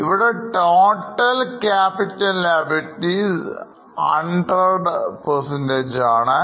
ഇവിടെ total capital liabilities 100 ആണ്